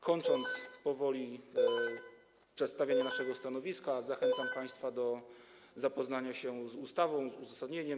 Kończąc powoli przedstawianie naszego stanowiska, zachęcam państwa do zapoznania się z ustawą, z uzasadnieniem.